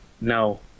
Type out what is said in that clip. no